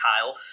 Kyle